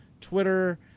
Twitter